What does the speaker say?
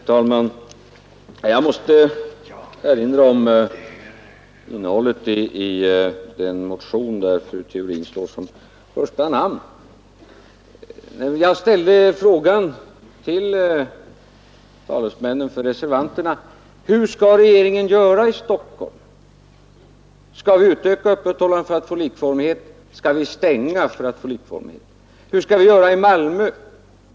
Herr talman! Jag måste erinra om innehållet i den motion där fru Theorin står som första namn. Jag frågade talesmännen för reservanterna: Hur skall regeringen göra i Stockholm? Skall vi utöka öppethållandet för att få likformighet? Skall vi stänga för att få likformighet? Hur skall vi göra i Malmö?